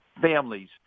families